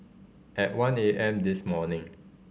at one A M this morning